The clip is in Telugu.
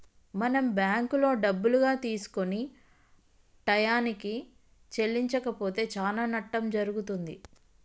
మనం బ్యాంకులో డబ్బులుగా తీసుకొని టయానికి చెల్లించకపోతే చానా నట్టం జరుగుతుంది